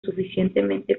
suficientemente